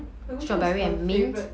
but which one is her favourite